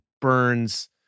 burns